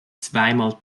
zweimal